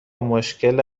مشکل